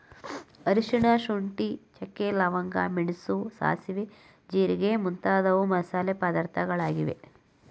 ಅರಿಶಿನ, ಶುಂಠಿ, ಚಕ್ಕೆ, ಲವಂಗ, ಮೆಣಸು, ಸಾಸುವೆ, ಜೀರಿಗೆ ಮುಂತಾದವು ಮಸಾಲೆ ಪದಾರ್ಥಗಳಾಗಿವೆ